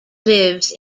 lives